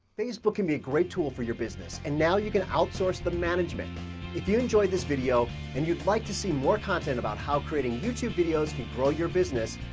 facebook can be a great tool for your business, and now, you can outsource the management. if you enjoyed this video and you'd like to see more content about how creating youtube videos can grow your business,